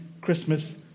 Christmas